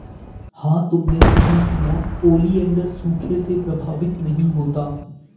हां तुमने सही सुना, ओलिएंडर सूखे से प्रभावित नहीं होता